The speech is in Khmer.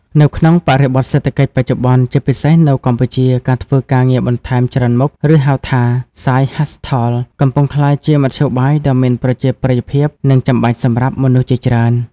នៅក្នុងបរិបទសេដ្ឋកិច្ចបច្ចុប្បន្ន ជាពិសេសនៅកម្ពុជា ការធ្វើការងារបន្ថែមច្រើនមុខ ឬហៅថា "Side Hustle" កំពុងក្លាយជាមធ្យោបាយដ៏មានប្រជាប្រិយភាព និងចាំបាច់សម្រាប់មនុស្សជាច្រើន។